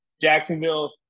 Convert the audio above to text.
Jacksonville